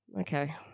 okay